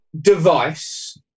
device